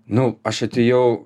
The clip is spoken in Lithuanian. nu aš atėjau